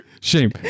shame